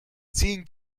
zehn